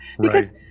because-